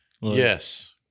Yes